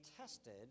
tested